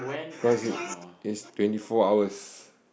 because it it's twenty four hours